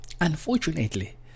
Unfortunately